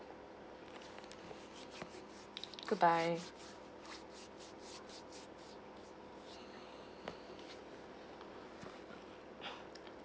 goodbye